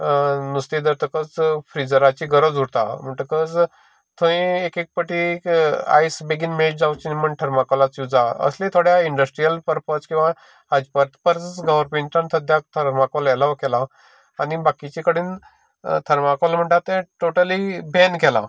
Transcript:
नुस्तें धरतकच फ्रिजराची गरज उरता म्हणटकच थंय एक एक पाटी आयस मेल्ट जावपाची न्हू म्हणून थरमकोल जाय अशें थोडे थोड्या इंन्डस्ट्रियल परपज हाजे बद्दल गव्हरमेंटान एलाव केलां आनी बाकिचे कडेन थरमाकोल म्हणटा तें टोटली बेन केलां